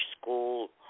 school